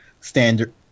standard